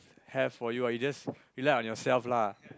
have for you ah you just rely on yourself lah